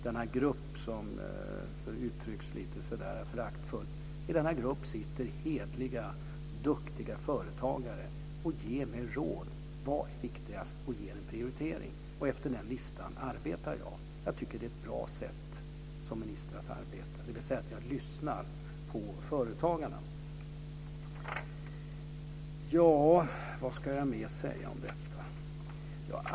De kallas lite föraktfullt för en grupp. I denna grupp sitter hederliga duktiga företagare och ger mig råd om vad som är viktigast och gör en prioritering. Efter den listan arbetar jag. Jag tycker att det är ett bra sätt att arbeta på som minister. Jag lyssnar på företagarna.